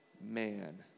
man